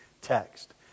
text